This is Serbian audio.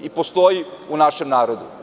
i postoji u našem narodu.